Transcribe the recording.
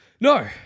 no